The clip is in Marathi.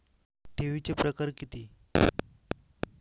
ठेवीचे प्रकार किती?